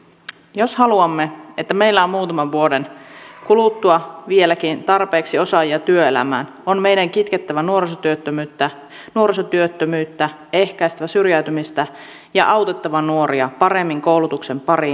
jos haluamme että meillä on muutaman vuoden kuluttua vieläkin tarpeeksi osaajia työelämään on meidän kitkettävä nuorisotyöttömyyttä ehkäistävä syrjäytymistä ja autettava nuoria paremmin koulutuksen pariin ja työelämään